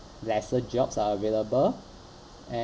lesser jobs are available